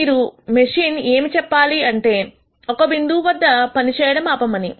మీరు మెషిన్ ఏమి చెప్పాలి అంటే ఒక బిందువు వద్ద పనిచేయడం ఆపమని